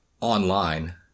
online